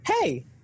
hey